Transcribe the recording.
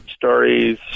stories